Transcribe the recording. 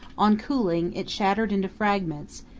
on cooling, it shattered into fragments,